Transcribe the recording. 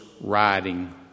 riding